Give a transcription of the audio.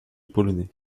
polonais